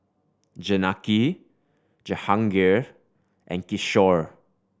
Janaki Jahangir and Kishore